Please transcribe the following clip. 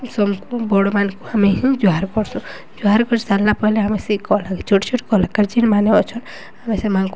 ସବୁକୁ ବଡ଼ମାନଙ୍କୁ ଆମେ ହିଁ ଜୁହାର କର୍ସୁଁ ଜୁହାର କରି ସାରିଲା ପରେେ ଆମେ ସେଇ କ ଛୋଟ ଛୋଟ କଲାକାର ଯେନ୍ମାନେେ ଅଛନ୍ ଆମେ ସେମାନଙ୍କୁ